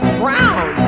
brown